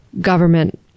government